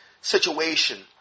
situation